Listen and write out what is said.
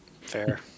Fair